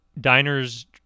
diners